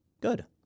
good